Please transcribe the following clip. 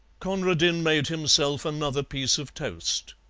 conradin made himself another piece of toast.